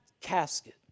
casket